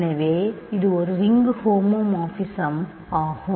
எனவே இது ஒரு ரிங்கு ஹோமோமார்பிசம் ஆகும்